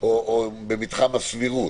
או במתחם הסבירות.